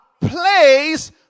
place